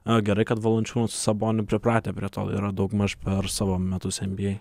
a gerai kad valančiūnas su saboniu pripratę prie to yra daugmaž per savo metus nba